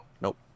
Nope